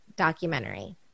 documentary